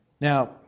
Now